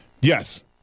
Yes